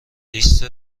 لیست